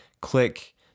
click